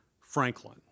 Franklin